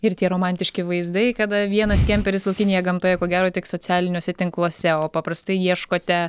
ir tie romantiški vaizdai kada vienas kemperis laukinėje gamtoje ko gero tik socialiniuose tinkluose o paprastai ieškote